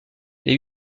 les